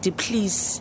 please